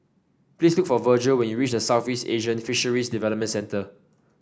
please look for Virgel when you reach Southeast Asian Fisheries Development Centre